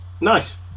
Nice